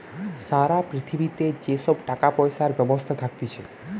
সারা পৃথিবীতে যে সব টাকা পয়সার ব্যবস্থা থাকতিছে